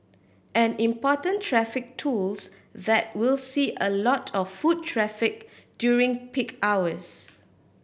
an important traffic tools that will see a lot of foot traffic during peak hours